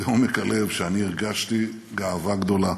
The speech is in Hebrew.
מעומק הלב שהרגשתי גאווה גדולה